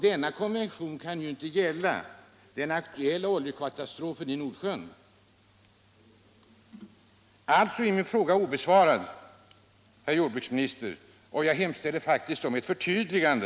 Denna konvention kan ju inte gälla den aktuella oljekatastrofen i Nordsjön. Alltså är min fråga obesvarad, herr jordbruksminister, och jag hemställer om ett förtydligande.